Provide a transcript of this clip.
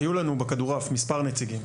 היו לנו בכדור עף מספר נציגים.